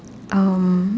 um